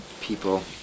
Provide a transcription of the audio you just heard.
people